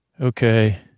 okay